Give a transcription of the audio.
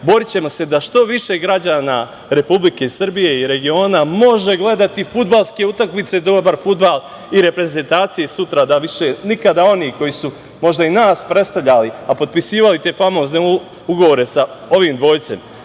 borićemo se da što više građana Republike Srbije i regiona može gledati fudbalske utakmice, dobar fudbal i reprezentaciju i sutra da više nikada oni koji su možda i nas predstavljali, a potpisivali te famozne ugovore sa ovim dvojcem,